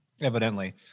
Evidently